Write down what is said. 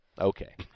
Okay